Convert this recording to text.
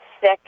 sick